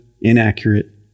inaccurate